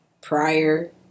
prior